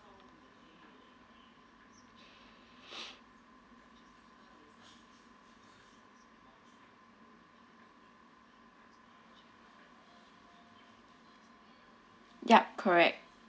yup correct